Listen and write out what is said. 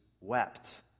wept